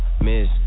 miss